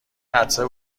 عطسه